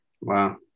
Wow